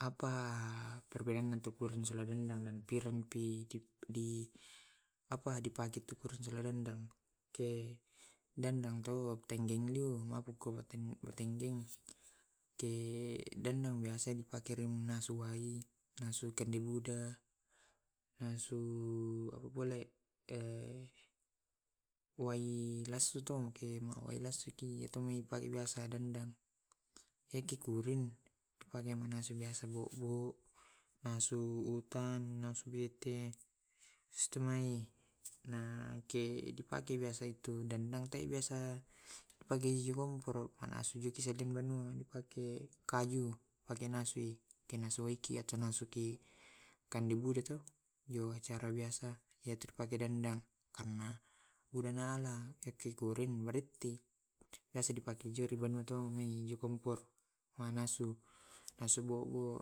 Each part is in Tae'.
Apa perbedaanna tu bune sibawa bine. apa dipake tu joinda dan iyana itu mabukku tenggeng ke denna biasa na pake mannasu wae, nasu kende buda, nasu bole, wai nasu to wai biasa to eki kuring pake nasu nasu kapurung. Nasu rutan nasu bete nakke pake biasa itu pake kaju nasui waiki atau nasuk kande bubu to iyacakekang biasa hamma. bikurin waktu niasa dipake tu banua to nasu nasu bobo,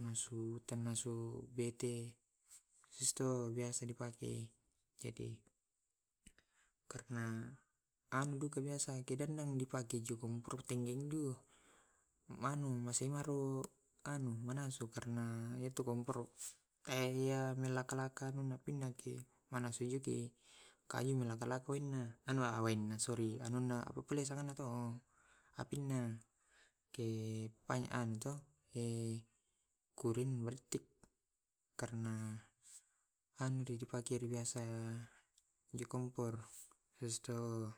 nasu bete, abistu biasa di pake kede karena ambiku biasa di pake mebbu manu masemaru anu manasu karena itu komporo yang ni laka lakai manasu juku, malaka laka ini ulunna apinna ke wai anu to kurin karena anu dipake biasa di kompor istu e